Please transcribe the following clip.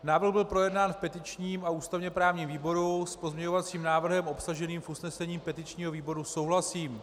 Návrh byl projednán v petičním a ústavněprávním výboru, s pozměňovacím návrhem obsaženým v usnesení petičního výboru souhlasím.